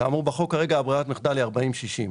כאמור בחוק כרגע ברירת המחדל היא 40-60,